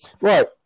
Right